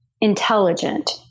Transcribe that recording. intelligent